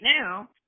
now